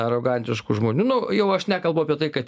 arogantiškų žmonių nu jau aš nekalbu apie tai kad